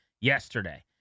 yesterday